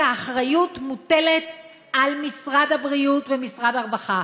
כי האחריות מוטלת על משרד הבריאות ומשרד הרווחה,